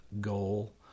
goal